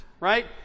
right